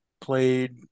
Played